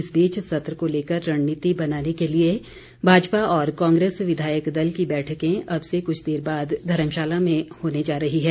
इस बीच सत्र को लेकर रणनीति बनाने के लिए भाजपा और कांग्रेस विधायक दल की बैठकें अब से कुछ देर बाद धर्मशाला में होने जा रही हैं